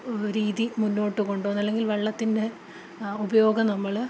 രീതി മുന്നോട്ട് കൊണ്ടുപോകുന്നത് അല്ലെങ്കിൽ വെള്ളത്തിൻ്റെ ഉപയോഗം നമ്മള്